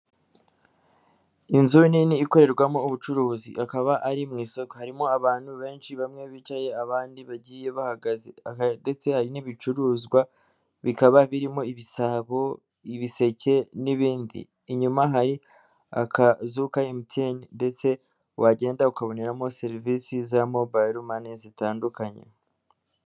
Inzu nini ikorerwamo ubucuruzi hakaba ari mu isoko, harimo abantu benshi bamwe bicaye abandi bagiye bahagaze ndetse hari n'ibicuruzwa bikaba birimo; ibisabo, ibiseke n'ibindi, inyuma hari akazu ka emutiyene ndetse wagenda ukaboneramo serivisi za mobayiro mani zitandukanye